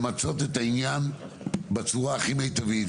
למצות את העניין בצורה הכי מיטבית.